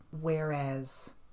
Whereas